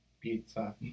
pizza